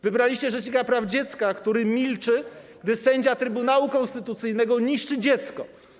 Wybraliście rzecznika praw dziecka, który milczy, gdy sędzia Trybunału Konstytucyjnego niszczy dziecko.